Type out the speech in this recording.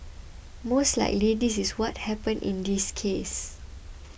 most likely this is what happened in this case